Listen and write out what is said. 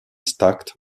stacked